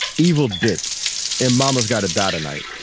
evil dick and momma's gotta die tonight.